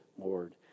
Lord